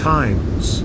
times